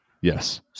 Yes